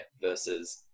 versus